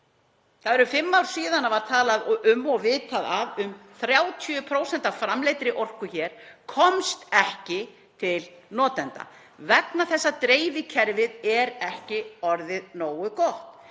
Það eru fimm ár síðan talað var um og vitað var af að um 30% af framleiddri orku hér sem komst ekki til notenda vegna þess að dreifikerfið er ekki orðið nógu gott,